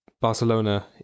Barcelona